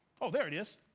oh, there it is,